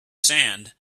sand